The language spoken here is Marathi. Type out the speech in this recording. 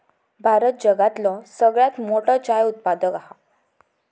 भारत जगातलो सगळ्यात मोठो चाय उत्पादक हा